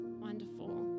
Wonderful